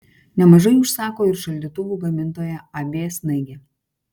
nemažai užsako ir šaldytuvų gamintoja ab snaigė